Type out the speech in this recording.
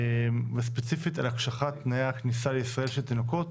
וספציפית על הקשחת תנאי הכניסה לישראל של תינוקות